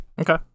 Okay